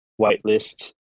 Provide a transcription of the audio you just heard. whitelist